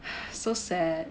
so sad